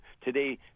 Today